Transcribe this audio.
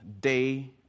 day